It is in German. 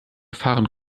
fahren